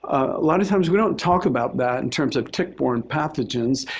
a lot of times we don't talk about that in terms of tick-borne pathogens.